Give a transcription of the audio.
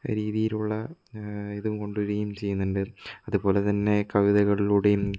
രീതിയിലുള്ള ഇതും കൊണ്ട് വരികയും ചെയ്യുന്നുണ്ട് അതുപോലെ തന്നെ കവിതകളിലൂടെയും